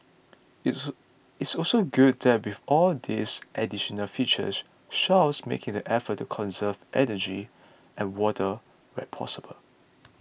it's it's also good that with all these additional features Shell's making the effort to conserve energy and water where possible